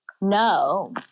No